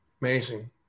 Amazing